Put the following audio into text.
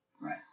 right